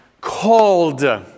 Called